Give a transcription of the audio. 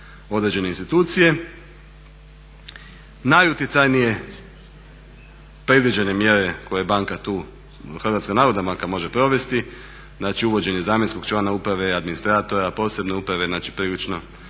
određene institucije. Najutjecajnije predviđene mjere koje HNB tu može provesti, znači uvođenje zamjenskog člana uprave, administratora, posebne uprave, znači prilično